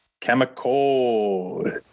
Chemical